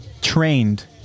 trained